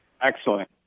Excellent